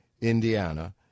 Indiana